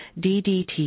DDT